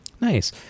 Nice